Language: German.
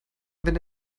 wenn